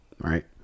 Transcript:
Right